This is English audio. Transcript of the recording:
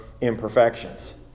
imperfections